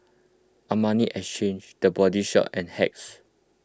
Armani Exchange the Body Shop and Hacks